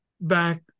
back